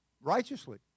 righteously